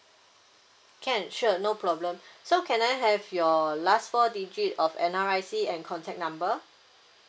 can sure no problem so can I have your last four digit of N_R_I_C and contact number